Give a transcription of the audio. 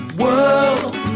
world